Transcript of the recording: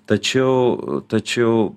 tačiau tačiau